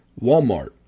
Walmart